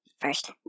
first